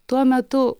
tuo metu